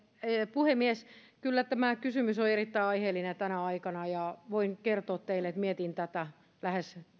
puhemies kyllä tämä kysymys on erittäin aiheellinen tänä aikana ja voin kertoa teille että mietin tätä lähes